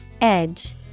Edge